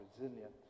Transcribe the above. resilient